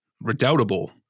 Redoubtable